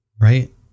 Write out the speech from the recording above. right